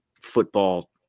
football